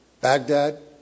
Baghdad